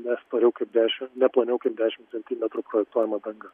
ne storiau kaip dešim ne ploniau kaip dešim centimetrų projektuojama danga